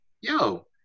yo